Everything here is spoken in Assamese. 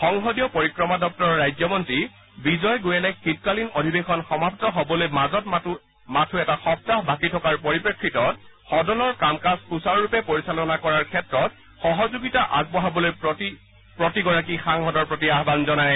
সংসদীয় পৰিক্ৰমা দপ্তৰৰ ৰাজ্যমন্ত্ৰী বিজয় গোয়েলে শীতকালীন অধিবেশন সমাপ্ত হবলৈ মাজত মাথো এটা সপ্তাহ বাকী থকাৰ পৰিপ্ৰেক্ষিতত সদনৰ কাম কাজ সুচাৰুৰূপে পৰিচালনা কৰাৰ ক্ষেত্ৰত সহযোগিতা আগবঢ়াবলৈ প্ৰতিবাদৰত সাংসদসকলৰ প্ৰতি আহ্য়ান জনায়